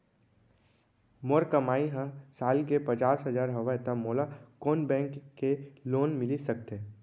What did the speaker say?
मोर कमाई ह साल के पचास हजार हवय त मोला कोन बैंक के लोन मिलिस सकथे?